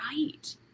right